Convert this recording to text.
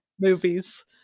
movies